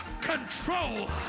control